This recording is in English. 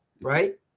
right